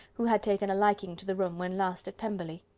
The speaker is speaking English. who had taken a liking to the room when last at pemberley.